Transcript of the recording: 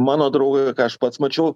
mano draugui ką aš pats mačiau